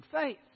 faith